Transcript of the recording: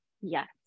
yes